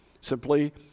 Simply